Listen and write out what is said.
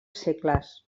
segles